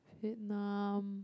Vietnam